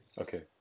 Okay